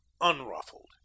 unruffled